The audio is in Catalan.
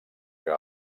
que